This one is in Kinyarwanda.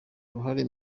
uruhare